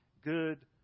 good